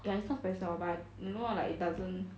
ya is not spicy at all but I more like it doesn't